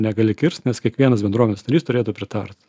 negali kirst nes kiekvienas bendruomenės narys turėtų pritart